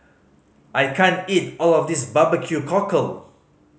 I can't eat all of this barbecue cockle